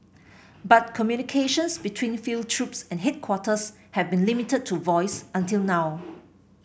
but communications between field troops and headquarters have been limited to voice until now